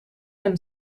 him